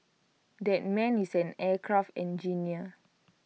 that man is an aircraft engineer